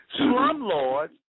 slumlords